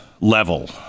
level